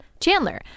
Chandler